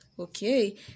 Okay